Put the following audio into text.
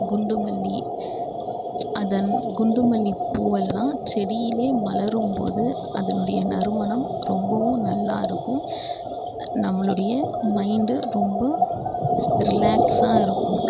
குண்டுமல்லி அதன் குண்டுமல்லி பூவெல்லாம் செடியிலேயே மலரும் போது அதனுடைய நறுமணம் ரொம்பவும் நல்லா இருக்கும் நம்மளுடைய மைண்டு ரொம்ப ரிலாக்ஸாக இருக்கும்